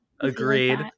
Agreed